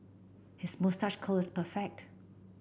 his moustache curl is perfect